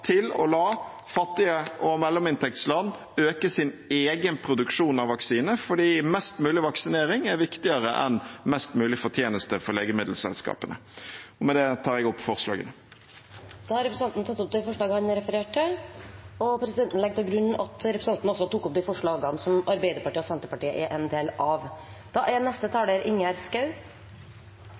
til å la fattige land og mellominntektsland øke sin egen produksjon av vaksine fordi mest mulig vaksinering er viktigere enn mest mulig fortjeneste for legemiddelselskapene. Med det tar jeg opp forslagene SV har alene eller sammen med andre. Representanten Audun Lysbakken har tatt opp de forslagene han refererte til. De fleste har nå oppfattet at